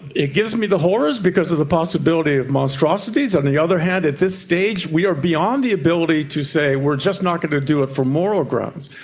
it gives me the horrors because of the possibility of monstrosities, on the other hand at this stage we are beyond the ability to say we are just not going to do it for moral grounds.